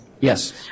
Yes